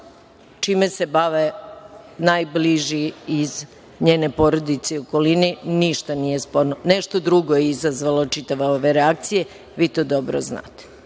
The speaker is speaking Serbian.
čime se bave najbliži iz njene porodice i okoline, ništa nije sporno. Nešto je drugo izazvalo čitave ove reakcije i vi to dobro znate. Ako